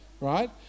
right